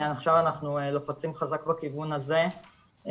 עכשיו אנחנו לוחצים חזק בכיוון הזה,